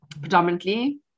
predominantly